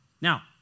Now